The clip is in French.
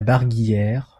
barguillère